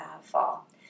fall